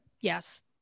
yes